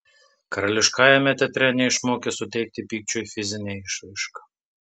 karališkajame teatre neišmokė suteikti pykčiui fizinę išraišką